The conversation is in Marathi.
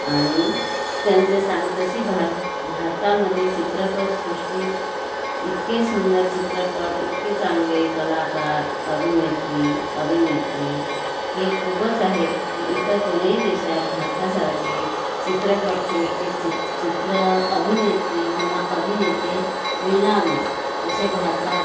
आणि त्यांचे सांग तशी भार भारतामध्ये चित्रपटसृष्टीत इतके सुंदर चित्रपट इतके चांगले कलाकार अभिनेत्री अभिनेत्री हे खूपच आहे की इतर कोणत्याही देशात भारतासारखे चित्रपटसृष्टीत चित चित्र अभिनेत्री किंवा अभिनेते मिळणार नाही जसे भारतात